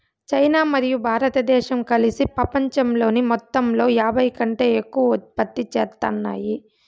China మరియు భారతదేశం కలిసి పపంచంలోని మొత్తంలో యాభైకంటే ఎక్కువ ఉత్పత్తి చేత్తాన్నాయి